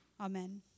Amen